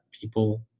people